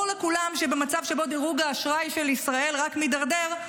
לכולם שבמצב שבו דירוג האשראי של ישראל רק מידרדר,